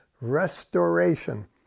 restoration